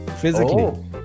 Physically